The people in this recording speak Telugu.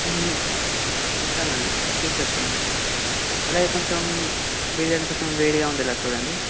సరే అండి తీసుకొచ్చేయండి అలాగే కొంచెం బిర్యానీ కొంచెం వేడిగా ఉండేలా చూడండి